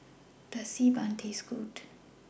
Does Xi Ban Taste Good